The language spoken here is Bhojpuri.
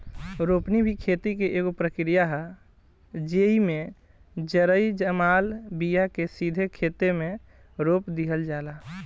रोपनी भी खेती के एगो प्रक्रिया ह, जेइमे जरई जमाल बिया के सीधे खेते मे रोप दिहल जाला